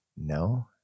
No